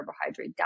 carbohydrate